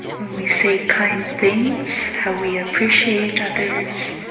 when we say kind things, how we appreciate others,